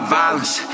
violence